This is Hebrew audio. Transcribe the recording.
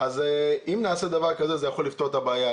אם נעשה דבר כזה, זה יכול לפתור את הבעיה.